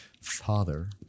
father